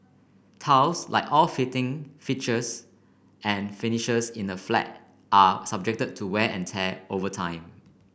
tiles like all fittings fixtures and finishes in a flat are subject to wear and tear over time